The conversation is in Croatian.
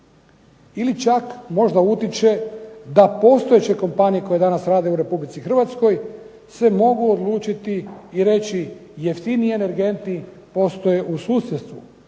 ili čak možda utiče da postojeće kompanije danas rade u RH se mogu odlučiti i reći jeftiniji energenti postoje u susjedstvu.